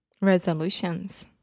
Resolutions